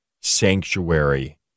sanctuary